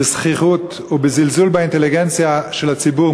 בזחיחות ובזלזול באינטליגנציה של הציבור,